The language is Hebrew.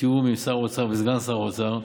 בתיאום עם שר האוצר וסגן שר האוצר,